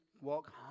Walk